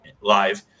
live